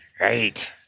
Right